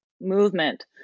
movement